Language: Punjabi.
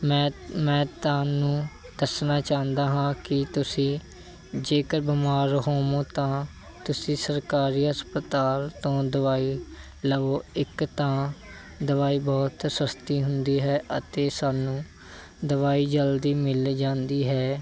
ਮੈਂ ਮੈਂ ਤੁਹਾਨੂੰ ਦੱਸਣਾ ਚਾਹੁੰਦਾ ਹਾਂ ਕਿ ਤੁਸੀਂ ਜੇਕਰ ਬਿਮਾਰ ਹੋਵੋਂ ਤਾਂ ਤੁਸੀਂ ਸਰਕਾਰੀ ਹਸਪਤਾਲ ਤੋਂ ਦਵਾਈ ਲਵੋ ਇੱਕ ਤਾਂ ਦਵਾਈ ਬਹੁਤ ਸਸਤੀ ਹੁੰਦੀ ਹੈ ਅਤੇ ਸਾਨੂੰ ਦਵਾਈ ਜਲਦੀ ਮਿਲ ਜਾਂਦੀ ਹੈ